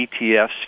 ETFs